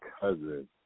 cousin